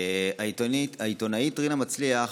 העיתונאית רינה מצליח,